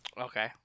Okay